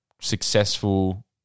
successful